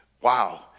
wow